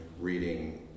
reading